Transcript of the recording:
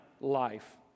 life